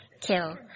kill